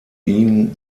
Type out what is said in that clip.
ihn